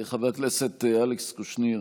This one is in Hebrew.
חבר הכנסת אלכס קושניר,